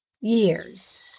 years